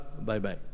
Bye-bye